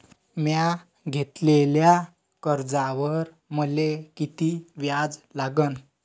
म्या घेतलेल्या कर्जावर मले किती व्याज लागन?